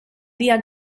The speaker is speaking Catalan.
dia